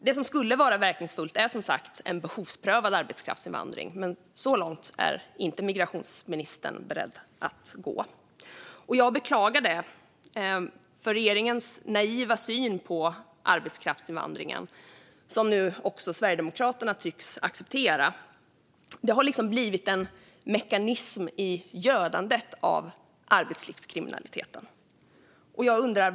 Det som skulle vara verkningsfullt är som sagt en behovsprövad arbetskraftsinvandring, men så långt är inte migrationsministern beredd att gå. Jag beklagar det, för regeringens naiva syn på arbetskraftsinvandringen - som Sverigedemokraterna nu tycks acceptera - har liksom blivit en mekanism i gödandet av arbetslivskriminaliteten.